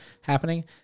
happening